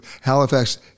Halifax